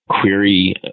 query